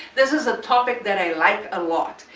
this is a topic that i like a lot.